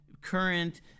current